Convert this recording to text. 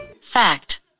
Fact